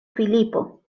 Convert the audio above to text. filipo